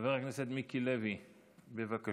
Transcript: חבר הכנסת מיקי לוי, בבקשה,